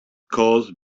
caused